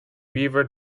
beaver